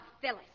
Phyllis